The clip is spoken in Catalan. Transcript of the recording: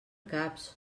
caps